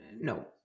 No